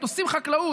עושים חקלאות,